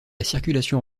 circulation